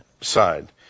side